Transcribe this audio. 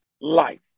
life